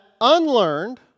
unlearned